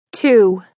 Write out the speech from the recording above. Two